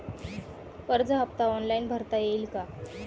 कर्ज हफ्ता ऑनलाईन भरता येईल का?